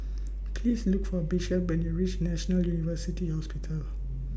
Please Look For Bishop when YOU REACH National University Hospital